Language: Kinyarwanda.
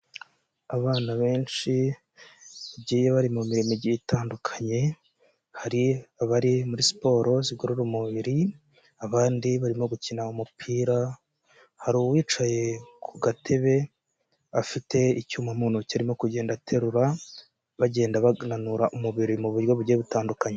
Abana benshi bagiye bari mu mirimo igiye itandukanye hari abari muri siporo ngorora mubiri abandi barimo gukina umupira hari uwicaye ku gatebe afite icyuma arimo kugenda aterura bagenda bananura umubiri mu buryo butandukanye.